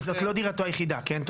וזאת לא דירתו היחידה, כן?